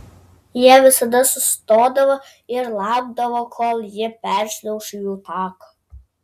jie visada sustodavo ir laukdavo kol ji peršliauš jų taką